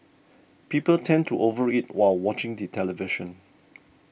people tend to over eat while watching the television